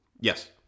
Yes